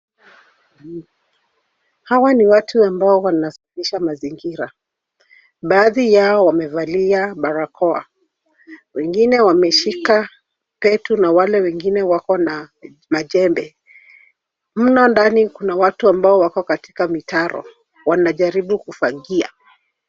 Hawa ni watu ambao wanasafisha mazingira .Baadhi yao wamevalia barakoa, wengine wameshika petu na wale wengine wako na majembe. Humo ndani kuna watu ambao wako katika mitaro wanajaribu kufangia.